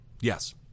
Yes